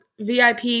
VIP